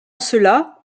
cela